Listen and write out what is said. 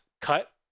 cut